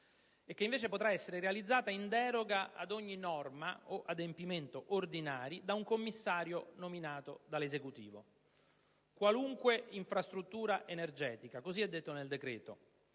potrà invece essere realizzata in deroga a ogni norma o adempimento ordinari da un commissario nominato dall'Esecutivo. Qualunque infrastruttura energetica, così è detto nel decreto: